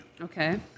Okay